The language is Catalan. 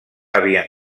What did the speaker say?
havien